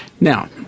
Now